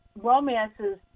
romances